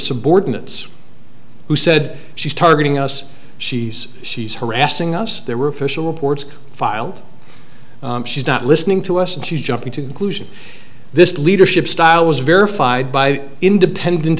subordinates who said she's targeting us she says she's harassing us there were official reports filed she's not listening to us and she's jumping to conclusion this leadership style was verified by independent